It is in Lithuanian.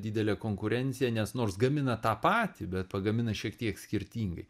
didelė konkurencija nes nors gamina tą patį bet pagamina šiek tiek skirtingai